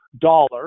dollar